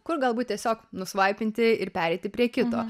kur galbūt tiesiog nusvaipinti ir pereiti prie kito